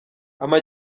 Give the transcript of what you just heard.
ama